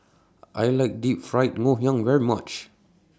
I like Deep Fried Ngoh Hiang very much